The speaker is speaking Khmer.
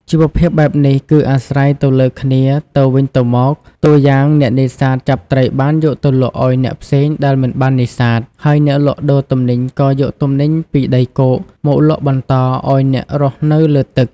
ជីវភាពបែបនេះគឺអាស្រ័យទៅលើគ្នាទៅវិញទៅមក តួយ៉ាងអ្នកនេសាទចាប់ត្រីបានយកទៅលក់ឲ្យអ្នកផ្សេងដែលមិនបាននេសាទ ហើយអ្នកលក់ដូរទំនិញក៏យកទំនិញពីដីគោកមកលក់បន្តឲ្យអ្នករស់នៅលើទឹក។